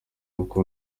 uko